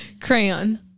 Crayon